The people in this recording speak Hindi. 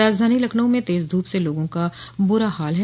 राजधानी लखनऊ में तेज धूप से लोगों का बुरा हाल है